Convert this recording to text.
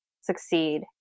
succeed